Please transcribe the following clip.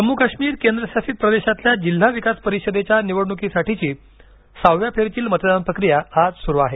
जम्मू काश्मीर केंद्रशासित प्रदेशातल्या जिल्हा विकास परिषदेच्या निवडणुकीसाठीची सहाव्या फेरीतील मतदान प्रक्रिया आज सुरु आहे